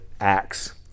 acts